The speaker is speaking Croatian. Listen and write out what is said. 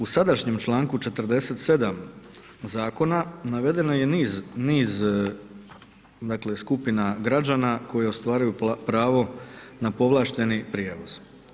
U sadašnjem članku 47. zakona, navedeno je niz supina građana koji ostvaruju pravo na povlašteni prijevoz.